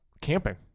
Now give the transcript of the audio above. Camping